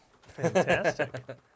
Fantastic